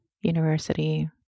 university